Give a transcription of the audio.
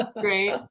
great